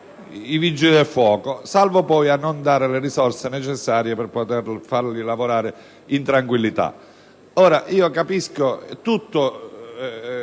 i vigili del fuoco, salvo poi non dare le risorse necessarie per farli lavorare in tranquillità.